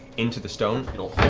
into the stone. it'll